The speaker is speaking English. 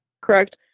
Correct